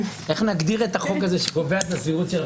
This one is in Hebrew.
איך נגדיר את החוק הזה שקובע את הסבירות של הרשות השלטונית?